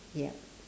yup